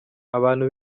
abantu